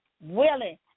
willing